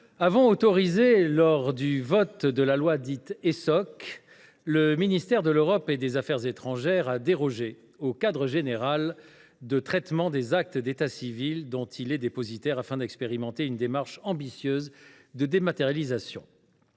ont autorisé le ministère de l’Europe et des affaires étrangères à déroger au cadre général de traitement des actes d’état civil dont il est dépositaire afin d’expérimenter une démarche ambitieuse de dématérialisation.